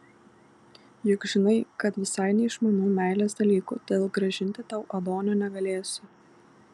juk žinai kad visai neišmanau meilės dalykų todėl grąžinti tau adonio negalėsiu